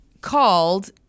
called